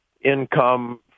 income